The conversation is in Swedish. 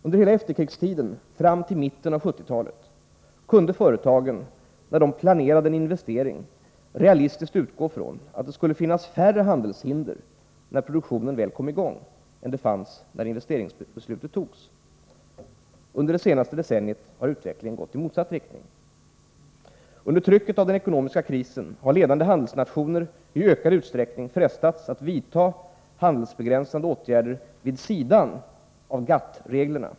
Under hela efterkrigstiden fram till mitten av 1970-talet kunde företagen, när de planerade en investering, realistiskt utgå från att det skulle finnas färre handelshinder när produktionen väl kom i gång än det fanns när investeringsbeslutet fattades. Under det senaste decenniet har utvecklingen gått i motsatt riktning. Under trycket av den ekonomiska krisen har ledande handelsnationer i ökad utsträckning frestats att vidta handelsbegränsande åtgärder vid sidan av GATT-reglerna.